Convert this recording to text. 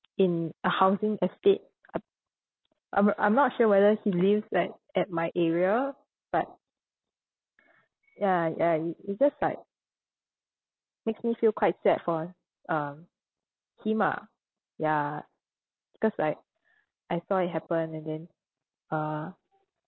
in a housing estate um I'm I'm not sure whether he lives at at my area but ya ya it it just like makes me feel quite sad for um him ah ya because like I saw it happened and then uh